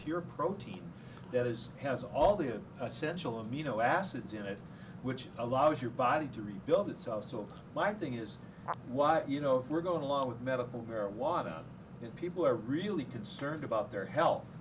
pure protein that is has all the essential amino acids in it which allows your body to rebuild itself so my thing is what you know we're going along with medical marijuana and people are really concerned about their health